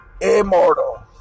immortal